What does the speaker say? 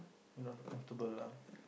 enough comfortable lah